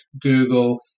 Google